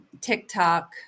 TikTok